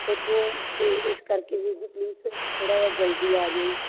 ਓੱਥੋਂ ਅਤੇ ਇਸ ਕਰਕੇ ਵੀਰ ਜੀ ਪਲੀਜ਼ ਥੋੜ੍ਹਾ ਜਿਹਾ ਜਲਦੀ ਆ ਜਾਇਓ ਜੀ